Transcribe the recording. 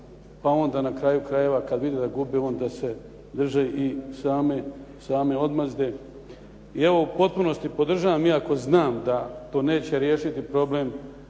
pa onda na kraju krajeva kad vide da gube onda se drže i same odmazde. I evo u potpunosti podržavam, iako znam da to neće riješiti problem